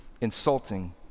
insulting